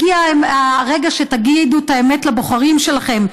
הגיע הרגע שתגידו את האמת לבוחרים שלכם,